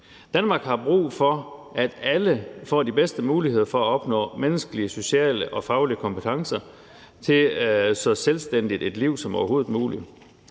Danmark har brug for, at alle får de bedste muligheder for at opnå menneskelige, sociale og faglige kompetencer til at kunne få så selvstændigt et liv som overhovedet muligt.